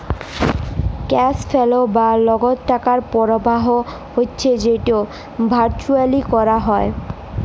cash flow বা লগদ টাকার পরবাহ হচ্যে যেট ভারচুয়ালি ক্যরা হ্যয়